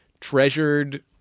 treasured